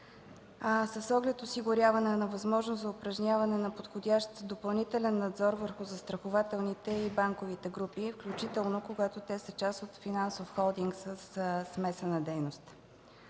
с оглед осигуряване на възможност за упражняване на подходящ допълнителен надзор върху застрахователните и банковите групи, включително когато те са част от финансов холдинг със смесена дейност.